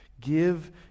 Give